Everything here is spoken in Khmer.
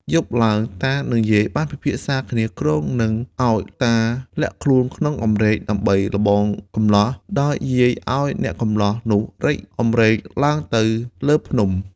យប់ឡើង តានិងយាយបានពិភាក្សាគ្នា គ្រោងនឹងឱ្យតាលាក់ខ្លួនក្នុងអំរែក ដើម្បីល្បងកម្លោះ ដោយយាយឱ្យអ្នកកម្លោះនោះរែកអំរែកឡើងទៅលើភ្នំ។